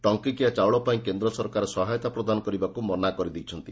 ଟଙ୍କିକିଆ ଚାଉଳ ପାଇଁ କେନ୍ଦ୍ର ସରକାର ସହାୟତା ପ୍ରଦାନ କରିବାକୁ ମନା କରିଦେଇଛନ୍ତି